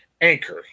Anchor